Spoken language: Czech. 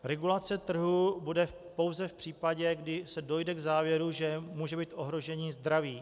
Regulace trhu bude pouze v případě, kdy se dojde k závěru, že může být ohrožení zdraví.